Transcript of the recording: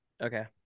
Okay